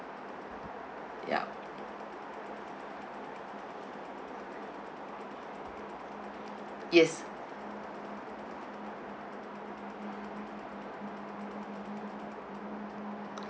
yup yes